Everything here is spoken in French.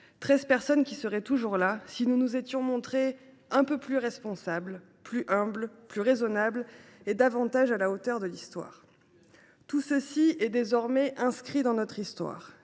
personnes, lesquelles seraient toujours en vie si nous nous étions montrés un peu plus responsables, plus humbles, plus raisonnables, et davantage à la hauteur des enjeux. Bien dit ! Tout cela est désormais inscrit dans notre histoire.